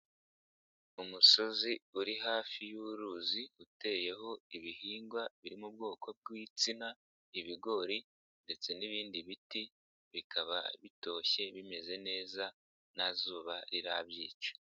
Umusozi uri hafi y'uruzi, uteyeho ibihingwa biri mu bwoko bw'ibitsina, ibigori ndetse n'ibindi biti, bikaba bitoshye, bimeze neza, nta zuba rirabyica.